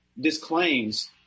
disclaims